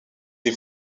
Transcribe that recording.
des